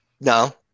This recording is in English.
No